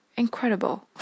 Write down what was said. incredible